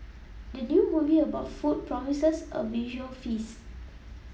the new movie about food promises a visual feast